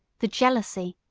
the jealousy,